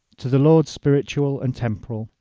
to the lords spiritual and temporal,